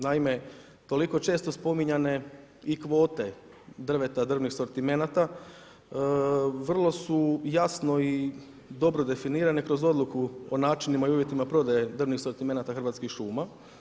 Naime, toliko često spominjane i kvote drveta, drvnih asortimenata vrlo su jasno i dobro definirane kroz odluku o načinima i uvjetima prodaje drvnih asortimenata Hrvatskih šuma.